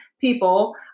people